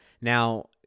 Now